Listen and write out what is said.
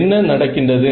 என்ன நடக்கின்றது